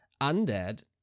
Undead